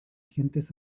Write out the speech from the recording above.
agentes